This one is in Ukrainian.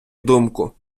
думку